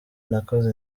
nakoze